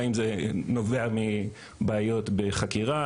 האם זה נובע מבעיות בחקירה,